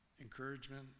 encouragement